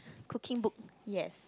cooking book yes